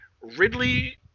Ridley